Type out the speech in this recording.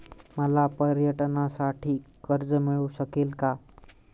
मला पर्यटनासाठी कर्ज मिळू शकेल का?